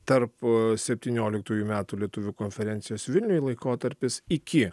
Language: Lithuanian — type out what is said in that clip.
tarp u septynioliktųjų metų lietuvių konferencijos vilniuj laikotarpis iki